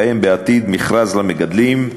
לקיים בעתיד מכרז למגדלים.